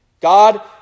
God